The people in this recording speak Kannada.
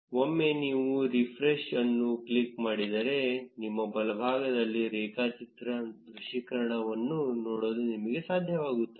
ಒಮ್ಮೆ ನೀವು ರಿಫ್ರೆಶ್ಅನ್ನು ಕ್ಲಿಕ್ ಮಾಡಿದರೆ ನಿಮ್ಮ ಬಲಭಾಗದಲ್ಲಿ ರೇಖಾಚಿತ್ರ ದೃಶ್ಯೀಕರಣವನ್ನು ನೋಡಲು ನಿಮಗೆ ಸಾಧ್ಯವಾಗುತ್ತದೆ